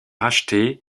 racheté